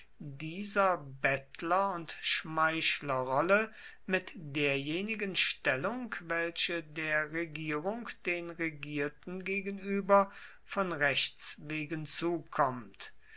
dieser bettler und schmeichlerrolle mit derjenigen stellung welche der regierung den regierten gegenüber von rechts wegen zukommt